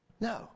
No